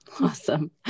Awesome